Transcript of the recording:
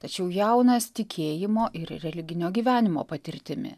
tačiau jaunas tikėjimo ir religinio gyvenimo patirtimi